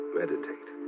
meditate